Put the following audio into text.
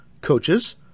coaches